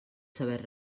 saber